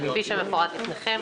כפי שמפורט בפניכם.